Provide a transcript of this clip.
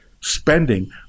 spending